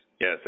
Yes